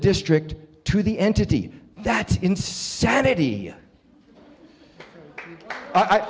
district to the entity that's insanity i